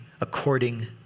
according